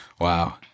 Wow